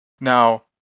Now